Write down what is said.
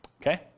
Okay